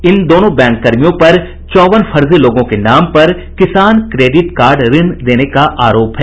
इन दोनों बैंक कर्मियों पर चौवन फर्जी लोगों के नाम पर किसान क्रेडिट कार्ड ऋण देने का आरोप है